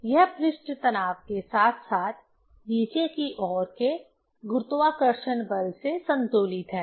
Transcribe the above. और यह पृष्ठ तनाव के साथ साथ नीचे की ओर के गुरुत्वाकर्षण बल से संतुलित है